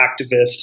activists